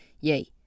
Yay